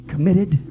Committed